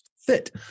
fit